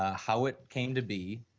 ah how it came to be,